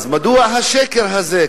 אז מדוע השקר הזה?